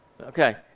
Okay